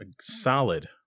solid